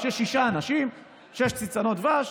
יש שישה אנשים, שש צנצנות דבש.